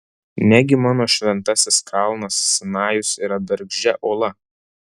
negi mano šventasis kalnas sinajus yra bergždžia uola